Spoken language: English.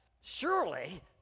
Surely